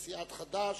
חד"ש,